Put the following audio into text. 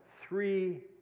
three